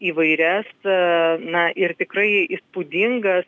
įvairias na ir tikrai įspūdingas